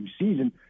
season